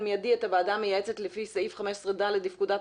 מיידי את הוועדה המייעצת לפי סעיף 15(ד) לפקודת